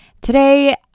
Today